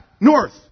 North